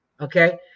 Okay